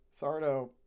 Sardo